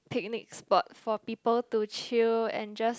picnic spot for people to chill and just